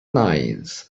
lines